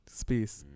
space